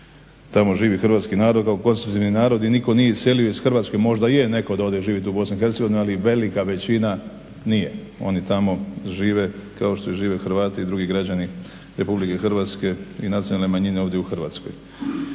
nego živi Hrvatski narod kao konstitutivni narod i nitko nije iselio iz Hrvatske moda je da ode netko živjeti u BiH ali velika većina nije. Oni tamo žive kao što žive Hrvati drugi građani RH i nacionalne manjine ovdje u Hrvatskoj.